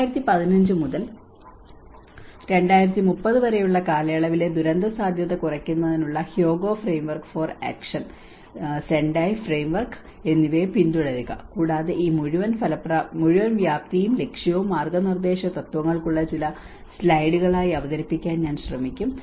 2015 മുതൽ 2030 വരെയുള്ള കാലയളവിലെ ദുരന്തസാധ്യത കുറയ്ക്കുന്നതിനുള്ള Hyogo framework for action Sendai framework എന്നിവയെ പിന്തുടരുക കൂടാതെ ഈ മുഴുവൻ വ്യാപ്തിയും ലക്ഷ്യവും മാർഗനിർദ്ദേശ തത്വങ്ങൾക്കുള്ള ചില സ്ലൈഡുകളായി അവതരിപ്പിക്കാൻ ഞാൻ ശ്രമിക്കും